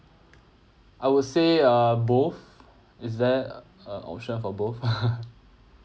I would say uh both is there a an option for both